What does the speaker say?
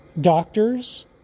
doctors